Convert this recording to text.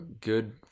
good